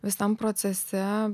visam procese